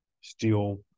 steel